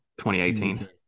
2018